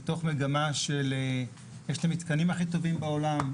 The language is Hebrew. יש את המתקנים הכי טובים בעולם,